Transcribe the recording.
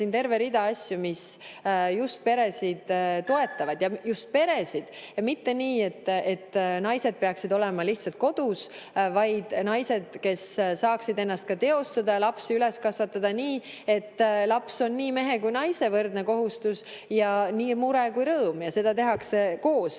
siin terve rida asju, mis just peresid toetavad. Just peresid! Mitte nii, et naised peaksid olema kodus, vaid nii, et ka naised saaksid ennast teostada ja lapsi üles kasvatada nii, et laps oleks nii mehe kui ka naise võrdne kohustus ja nii mure kui ka rõõm ning seda tehtaks koos.